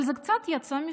אבל זה קצת יצא משליטה".